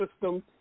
system